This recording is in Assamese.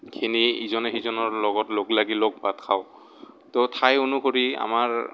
খিনি ইজনে সিজনৰ লগত লগলাগি লগ ভাত খাওঁ ত' ঠাই অনুসৰি আমাৰ